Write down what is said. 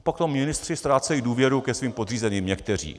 Pak tam ministři ztrácejí důvěru ke svým podřízeným, někteří.